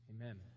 amen